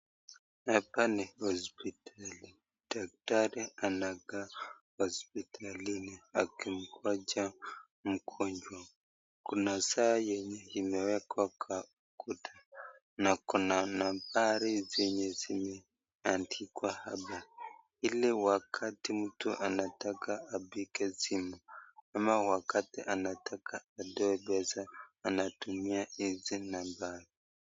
Hapa ni hospitali daktari anakaa hospitalini akimngoja mgonjwa , Kuna saa yenye imewekwa kwa ukuta na Kuna nambari zenye zimeandikwa hapo hili wakati mtu anataka apike simu ama anataka atoe pesa anatumia hizi nambari.